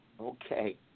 okay